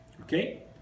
Okay